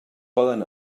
poden